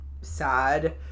sad